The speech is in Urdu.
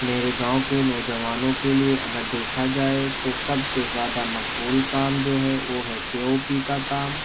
میرے گاؤں کے نوجوانوں کے لیے اگر دیکھا جائے تو سب سے زیادہ مقبول کام جو ہے وہ ہے پی او پی کا کام